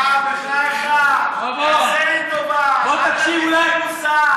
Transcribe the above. בחייך, תעשה לי טובה, אל תטיף לי מוסר.